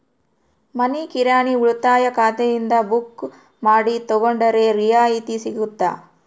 ಮನಿ ಕಿರಾಣಿ ಉಳಿತಾಯ ಖಾತೆಯಿಂದ ಬುಕ್ಕು ಮಾಡಿ ತಗೊಂಡರೆ ರಿಯಾಯಿತಿ ಸಿಗುತ್ತಾ?